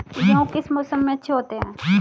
गेहूँ किस मौसम में अच्छे होते हैं?